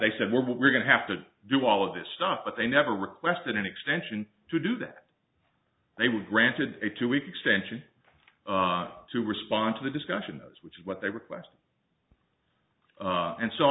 they said we're going to have to do all of this stuff but they never requested an extension to do that they were granted a two week extension to respond to the discussion those which what they requested and so